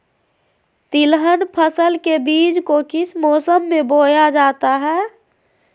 तिलहन फसल के बीज को किस मौसम में बोया जाता है?